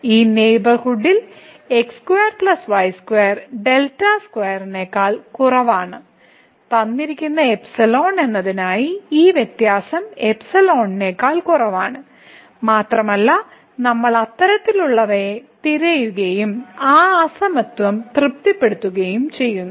ഈ നെയ്ബർഹുഡിൽ നേക്കാൾ കുറവാണ് തന്നിരിക്കുന്ന എന്നതിനായി ഈ വ്യത്യാസം നേക്കാൾ കുറവാണ് മാത്രമല്ല നമ്മൾ അത്തരത്തിലുള്ളവയെ തിരയുകയും ആ അസമത്വം തൃപ്തിപ്പെടുത്തുകയും ചെയ്യുന്നു